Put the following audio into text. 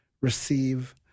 receive